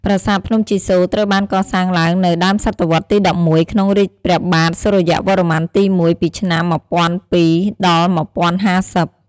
ប្រាសាទភ្នំជីសូរត្រូវបានកសាងឡើងនៅ ដើមសតវត្សរ៍ទី ១១ ក្នុងរាជ្យព្រះបាទសូរ្យវរ្ម័នទី ១ ពីឆ្នាំ ១០០២-១០៥០។